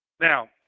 Now